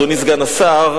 אדוני סגן השר,